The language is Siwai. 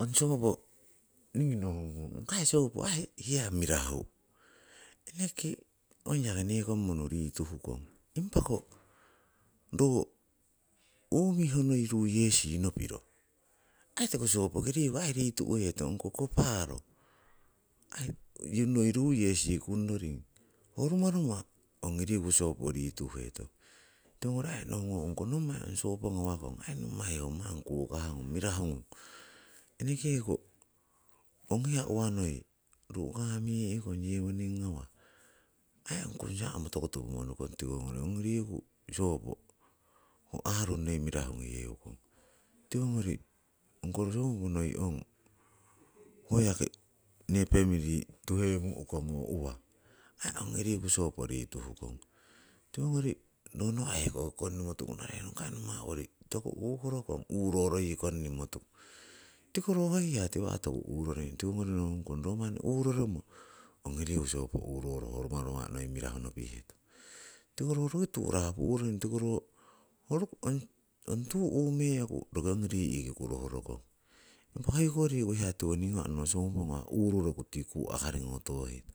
Ong sopo ningii nohungung, ong kai sopo aii hiya mirahu, eneke ongyaki nekong munu rituhkong. Impako ro umiho ruu yesi noi nopiro, aii tiko sopoki riku aii ritu'hetong, ongko koh paaro aii noi ruu yesi kungnoring ho rumaruma' ongi riku sopo ritu'hetong. Tiwongori nohungong ongko nommai ngung ong sopo ngawakong ho manni kukahngung mirahungung, enekeko ong hiya noi ru'kahme'kong yewoning ngawah aii kungsa'mo toku topo monukong, tiwongori ongi riku sopo ho aarung noi mirahu ngoyeukong. Tiwongori ongko sobu noi hoyaki nee pemeri tuhemu'kong ho uwa, aii ongi riku sopo rituhkong. Tiwongori ro nawa' hekoki konnimotuku naraherong ongkai nommai ong toku uhorokong? Uroro yii konnimo tuku, tiko ro hoi hiya tiwa' toku uroring. Tiwogori nohungkong ro manni uroromo ongi riku sopo uroromo oh rumaruma' noi mirahu nopihetong. Tiko ro roki turapu uroring tiko ong tuu umee'ku ongi ri'ki kurohorokong, impa hoiko riku hiya tiwoning ngawah uroroku tii kuu aaringo tohetong.